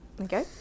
Okay